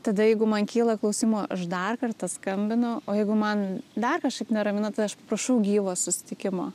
tada jeigu man kyla klausimų aš dar kartą skambinu o jeigu man dar kažkaip neramina tai aš prašau gyvo susitikimo